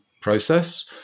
process